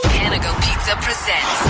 panago pizza presents